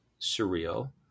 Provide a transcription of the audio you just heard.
surreal